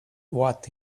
what